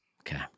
Okay